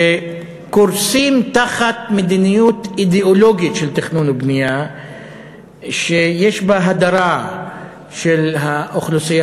שקורסים תחת מדיניות אידיאולוגית של תכנון ובנייה שיש בה הדרה של האוכלוסייה